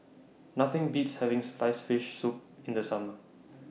Nothing Beats having Sliced Fish Soup in The Summer